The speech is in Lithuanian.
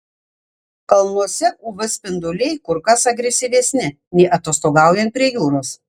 kalnuose uv spinduliai kur kas agresyvesni nei atostogaujant prie jūros